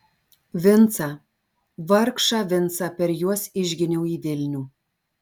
vincą vargšą vincą per juos išginiau į vilnių